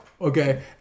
Okay